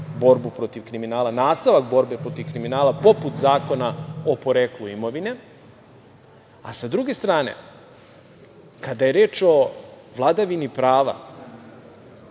borbu protiv kriminala, nastavak borbe protiv kriminala, poput Zakona o poreklu imovine. Sa druge strane, kada je reč o vladavini prava,